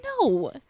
No